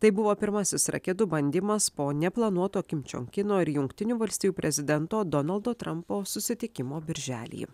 tai buvo pirmasis raketų bandymas po neplanuoto kim džiong kino ir jungtinių valstijų prezidento donaldo trampo susitikimo birželį